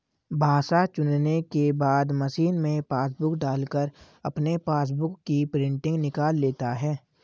भाषा चुनने के बाद मशीन में पासबुक डालकर अपने पासबुक की प्रिंटिंग निकाल लेता है